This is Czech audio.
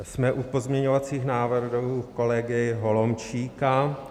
Jsme u pozměňovacích návrhů kolegy Holomčíka.